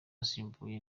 asimbuye